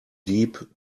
deep